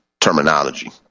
terminology